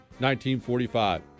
1945